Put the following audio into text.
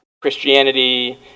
Christianity